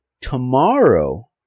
tomorrow